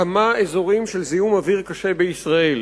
כמה אזורים של זיהום אוויר קשה בישראל.